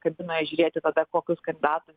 kad na žiūrėti tada kokius kandidatus